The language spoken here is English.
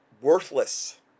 worthless